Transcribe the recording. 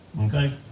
Okay